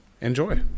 enjoy